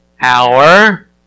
hour